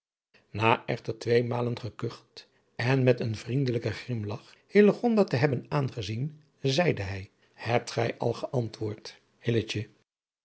na echter twee malen gekucht en met een vriendelijken grimlach hillegonda te hebben aangezien zeide hij hebt gij al geantwoord